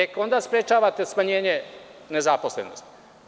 Tek onda sprečavate smanjenje nezaposlenosti.